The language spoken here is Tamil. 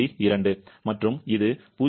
2 மற்றும் இது 0